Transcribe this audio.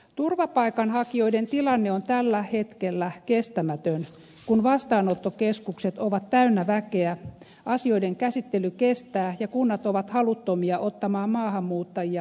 turvapaikanhakijoiden tilanne on tällä hetkellä kestämätön kun vastaanottokeskukset ovat täynnä väkeä asioiden käsittely kestää ja kunnat ovat haluttomia ottamaan maahanmuuttajia vastaan